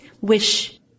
wish